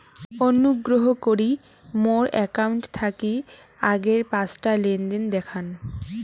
অনুগ্রহ করি মোর অ্যাকাউন্ট থাকি আগের পাঁচটা লেনদেন দেখান